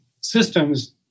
systems